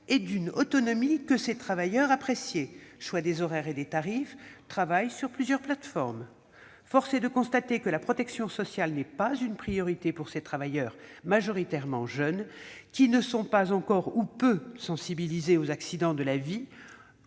et d'une autonomie que ces travailleurs appréciaient : choix des horaires et des tarifs, travail sur plusieurs plateformes ... Force est de constater que la protection sociale n'est pas une priorité pour ces travailleurs, majoritairement jeunes et qui ne sont pas encore sensibilisés aux accidents de la vie,